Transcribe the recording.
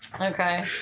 okay